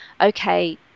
okay